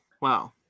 wow